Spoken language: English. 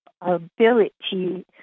ability